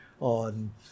on